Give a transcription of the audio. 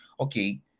okay